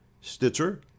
Stitcher